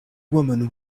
woman